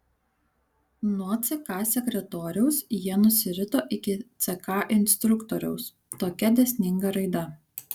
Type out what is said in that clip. nuo ck sekretoriaus jie nusirito iki ck instruktoriaus tokia dėsninga raida